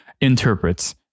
interprets